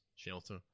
shelter